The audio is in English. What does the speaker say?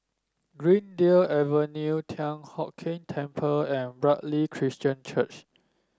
Greendale Avenue Thian Hock Keng Temple and Bartley Christian Church